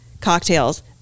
cocktails